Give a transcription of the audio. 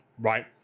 right